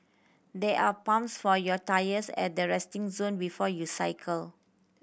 there are pumps for your tyres at the resting zone before you cycle